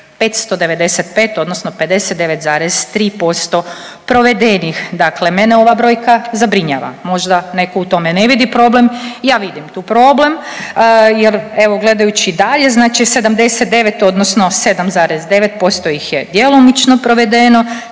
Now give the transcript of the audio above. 595 odnosno 59,3% provedenih. Dakle, mene ova brojka zabrinjava. Možda netko u tome ne vidi problem. Ja vidim tu problem jer evo gledajući dalje znači 79 odnosno 7,9% ih je djelomično provedeno,